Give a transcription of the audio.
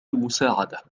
المساعدة